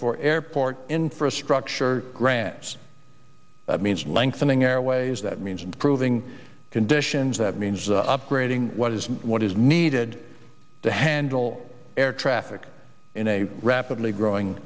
for airport infrastructure grants means lengthening airways that means improving conditions that means upgrading what is what is needed to handle air traffic in a rapidly growing